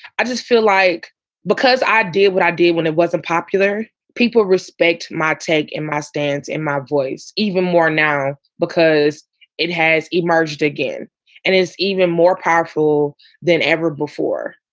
i just feel like because i do what i did when it wasn't popular, people respect my take and my stance and my voice even more narrow because it has emerged again and it's even more powerful than ever before,